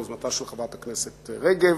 ביוזמתה של חברת הכנסת רגב,